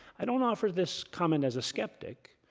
i don't offer this comment as a skeptic.